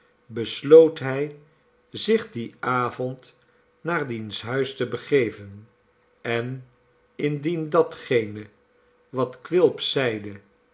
hij zich dien avond naar diens huis te begeven en indien datgene wat quilp zeide